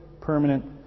permanent